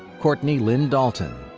courtney lyn dalton.